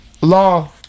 law